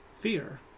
fear